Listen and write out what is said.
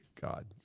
God